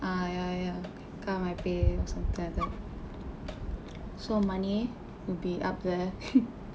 ah ya ya ya come I pay or something like that so money will be up there